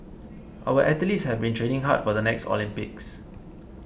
our athletes have been training hard for the next Olympics